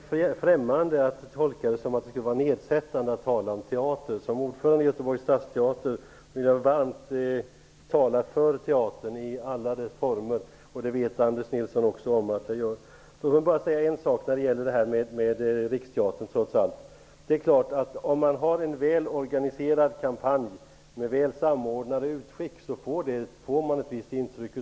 Herr talman! Det vore mig främmande att göra tolkningen att det skulle vara något nedsättande i att vi talar om teater. Som ordförande i Göteborgs stadsteater talar jag varmt för teater i alla former. Det vet Anders Nilsson att jag också gör. Sedan några ord om Riksteatern. Om man har en väl organiserad kampanj med väl samordnade utskick ger det självklart ett visst intryck.